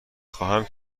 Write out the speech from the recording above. خواهم